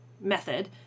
method